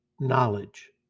Knowledge